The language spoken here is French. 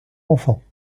enfants